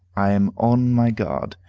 i am on my guard.